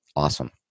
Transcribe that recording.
Awesome